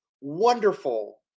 wonderful